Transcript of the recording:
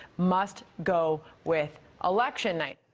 must go with election night!